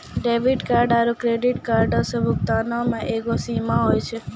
debit card आरू credit कार्डो से भुगतानो के एगो सीमा होय छै